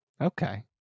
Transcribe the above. Okay